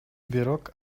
бирок